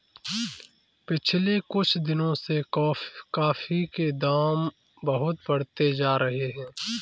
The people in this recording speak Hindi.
पिछले कुछ दिनों से कॉफी के दाम बहुत बढ़ते जा रहे है